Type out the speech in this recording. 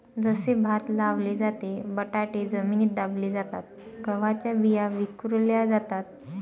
जसे भात लावले जाते, बटाटे जमिनीत दाबले जातात, गव्हाच्या बिया विखुरल्या जातात